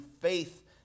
faith